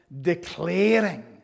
declaring